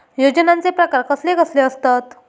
योजनांचे प्रकार कसले कसले असतत?